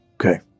Okay